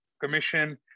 Commission